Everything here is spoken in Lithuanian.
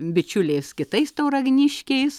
bičiuliais kitais tauragniškiais